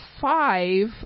five